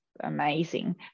amazing